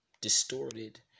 distorted